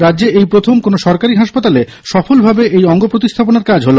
রাজ্যে এই প্রথম কোনো সরকারী হাসপাতালে সফলভাবে এই অঙ্গ প্রতিস্হাপনের কাজ হল